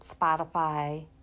Spotify